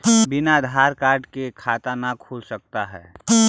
बिना आधार कार्ड के खाता न खुल सकता है?